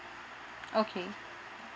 okay